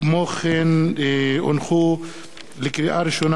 לקריאה ראשונה,